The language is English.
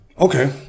okay